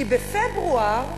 כי בפברואר,